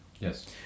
Yes